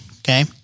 Okay